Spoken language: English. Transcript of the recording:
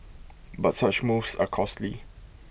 but such moves are costly